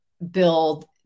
build